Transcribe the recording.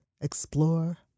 explore